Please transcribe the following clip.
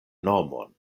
nomon